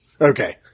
Okay